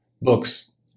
books